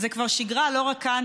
זה כבר שגרה לא רק כאן,